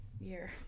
year